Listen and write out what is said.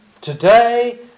today